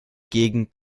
gegend